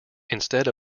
instead